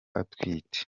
atwite